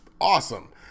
awesome